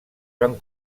van